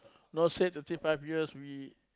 not say thirty five years we